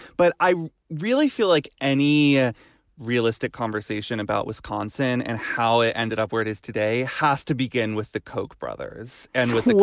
but i really feel like any ah realistic conversation about wisconsin and how it ended up where it is today has to begin with the koch brothers and with the nation.